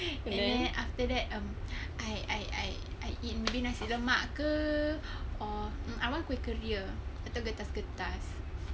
and then after that um I I I eat maybe nasi lemak ke or mm I want kuih keria atau getas getas